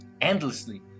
endlessly